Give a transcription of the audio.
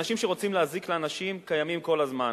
אנשים שרוצים להזיק לאנשים קיימים כל הזמן,